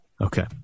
Okay